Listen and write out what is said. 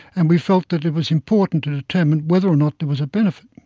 and we felt that it was important to determine whether or not there was a benefit.